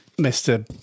Mr